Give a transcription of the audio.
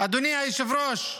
אדוני היושב-ראש,